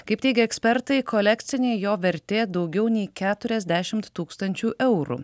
kaip teigia ekspertai kolekcinė jo vertė daugiau nei keturiasdešimt tūkstančių eurų